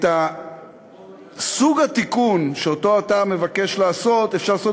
את סוג התיקון שאתה מבקש לעשות אפשר לעשות